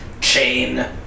chain